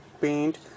paint